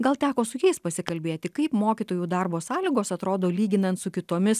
gal teko su jais pasikalbėti kaip mokytojų darbo sąlygos atrodo lyginant su kitomis